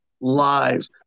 lives